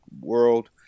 world